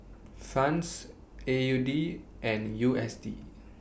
Franc A U D and U S D